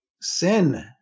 Sin